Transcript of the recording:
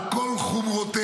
על כל חומרותיה,